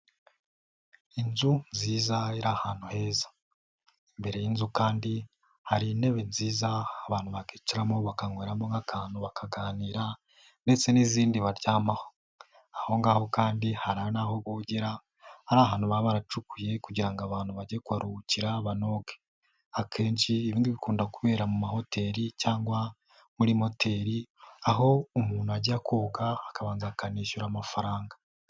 Inzu nziza iri ahantu heza. Imbere y'inzu kandi hari intebe nziza aho abantu bakicaramo bakanywemo nk'akantu bakaganira ndetse n'izindi baryamaho. Aho ngaho kandi hari n'aho bogera, ari ahantu baba baracukuye kugira ngo abantu bajye kuharuhukira banoge. Akenshi ibi ngibi bikunda kubera mu mahoteli cyangwa muri moteri, aho umuntu ajya koga akabanza akanishyura amafaranga.